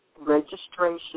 registration